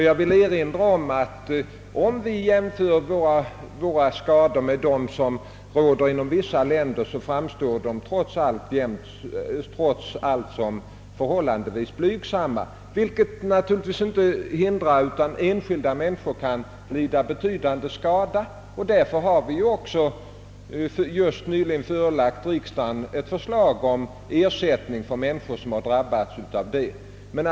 Jag vill erinra om att om vi jämför skador som uppkommer här i landet med sådana i vissa andra länder framstår de förra trots allt som förhållandevis blygsamma, vilket naturligtvis inte hindrar att enskilda personer kan lida betydande förluster. Därför har vi också nyligen förelagt riksdagen ett förslag om ersättning åt människor som drabbats av sådan skada.